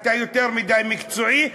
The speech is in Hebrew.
אתה יותר מדי מקצועי,